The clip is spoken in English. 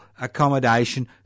accommodation